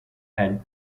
and